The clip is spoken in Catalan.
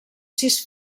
sis